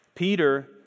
Peter